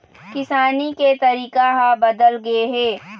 किसानी के तरीका ह बदल गे हे